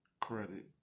credit